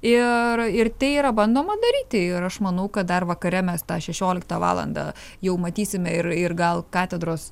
ir ir tai yra bandoma daryti ir aš manau kad dar vakare mes tą šešioliktą valandą jau matysime ir ir gal katedros